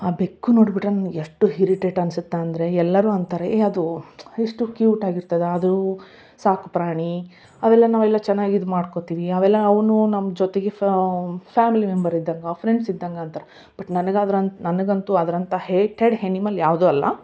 ಆ ಬೆಕ್ಕು ನೋಡ್ಬಿಟ್ಟರೆ ನನ್ಗ ಎಷ್ಟು ಹಿರಿಟೇಟ್ ಅನ್ಸುತ್ತೆ ಅಂದರೆ ಎಲ್ಲರು ಅಂತಾರೆ ಏ ಅದು ಎಷ್ಟು ಕ್ಯೂಟ್ ಆಗಿರ್ತದ ಅದು ಸಾಕು ಪ್ರಾಣಿ ಅವೆಲ್ಲ ನಾವೆಲ್ಲ ಚೆನ್ನಾಗಿ ಇದು ಮಾಡ್ಕೊತೀವಿ ಅವೆಲ್ಲ ಅವುನ್ನೂ ನಮ್ಮ ಜೊತೆಗೆ ಫ್ಯಾಮಿಲಿ ಮೆಂಬರ್ ಇದ್ದಂಗೆ ಫ್ರೆಂಡ್ಸ್ ಇದ್ದಂಗೆ ಅಂತಾರ ಬಟ್ ನನ್ಗ ಅದ್ರನ್ ನನಗಂತೂ ಅದ್ರಂಥಾ ಹೇಟೆಡ್ ಹೆನಿಮಲ್ ಯಾವುದೂ ಅಲ್ಲ